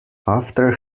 after